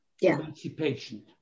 emancipation